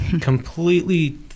completely